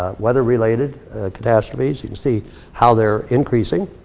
ah weather-related catastrophes. you can see how they're increasing.